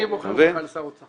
אני בוחר בך לשר אוצר.